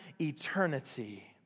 eternity